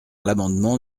l’amendement